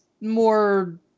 more